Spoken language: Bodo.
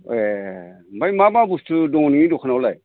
ए ओमफ्राय मा मा बुस्थु दं नोंनि दखानावलाय